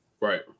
Right